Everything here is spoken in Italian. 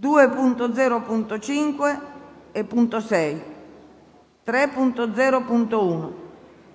2.0.5, 2.0.6, 3.0.1,